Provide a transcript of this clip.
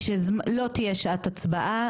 היא שלא תהיה שעת הצבעה.